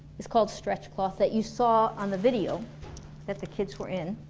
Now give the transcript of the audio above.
it's called stretch cloth that you saw on the video that the kids were in